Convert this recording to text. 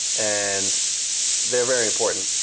and they're very important.